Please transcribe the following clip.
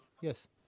yes